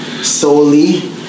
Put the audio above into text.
solely